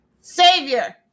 Savior